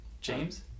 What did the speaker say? James